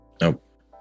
Nope